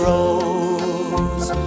Rose